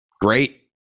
great